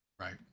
Right